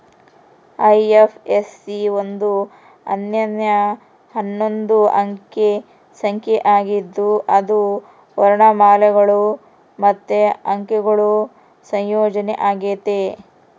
IFSC ಒಂದು ಅನನ್ಯ ಹನ್ನೊಂದು ಅಂಕೆ ಸಂಖ್ಯೆ ಆಗಿದ್ದು ಅದು ವರ್ಣಮಾಲೆಗುಳು ಮತ್ತೆ ಅಂಕೆಗುಳ ಸಂಯೋಜನೆ ಆಗೆತೆ